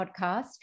podcast